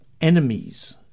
enemies